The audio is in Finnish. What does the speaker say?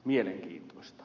mielenkiintoista